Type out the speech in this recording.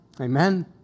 Amen